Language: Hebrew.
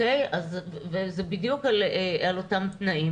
ואלה בדיוק אותם תנאים.